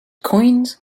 coins